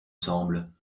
semble